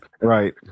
Right